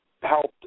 helped